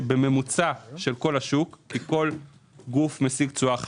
בממוצע של כל השוק, כי כל גוף משיג תשואה אחרת,